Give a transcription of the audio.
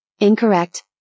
Incorrect